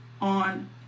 on